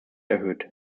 erhöht